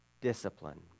discipline